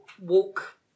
walk